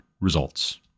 results